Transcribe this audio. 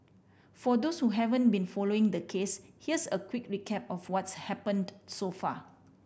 for those who haven't been following the case here's a quick recap of what's happened so far